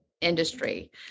industry